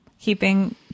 Keeping